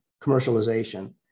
commercialization